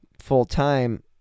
full-time